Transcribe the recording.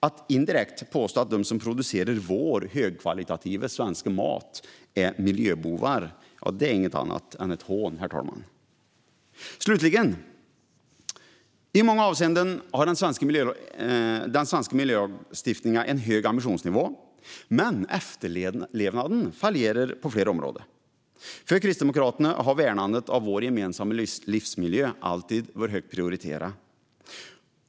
Att indirekt påstå att de som producerar vår högkvalitativa svenska mat är miljöbovar är inget annat än ett hån, herr talman. Slutligen: I många avseenden har den svenska miljölagstiftningen en hög ambitionsnivå, men efterlevnaden fallerar på flera områden. För Kristdemokraterna har värnandet av vår gemensamma livsmiljö alltid varit högt prioriterat.